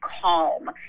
calm